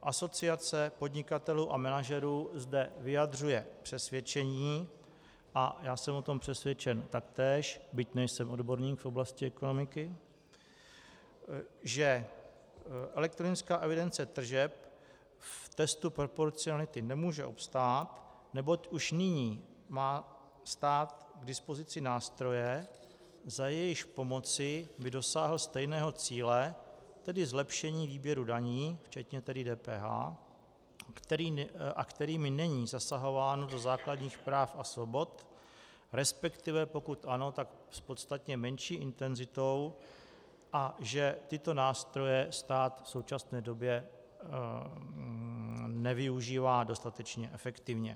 Asociace podnikatelů a manažerů zde vyjadřuje přesvědčení, a já jsem o tom přesvědčen taktéž, byť nejsem odborník v oblasti ekonomiky, že elektronická evidence tržeb v testu proporcionality nemůže obstát, neboť už nyní má stát k dispozici nástroje, za jejichž pomoci by dosáhl stejného cíle, tedy zlepšení výběru daní, včetně tedy DPH, a kterými není zasahováno do základních práv a svobod, resp. pokud ano, tak s podstatně menší intenzitou, a že tyto nástroje stát v současné době nevyužívá dostatečně efektivně.